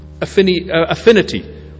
affinity